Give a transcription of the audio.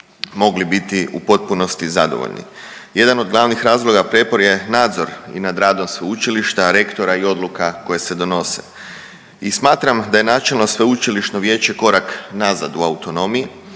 mogli biti u potpunosti zadovoljni. Jedan od glavnih razloga prijepor je nadzor i nad radom sveučilišta, rektora i odluka koje se donose. I smatram da je nacionalno sveučilišno vijeće korak nazad u autonomiji,